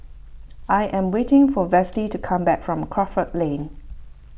I am waiting for Vashti to come back from Crawford Lane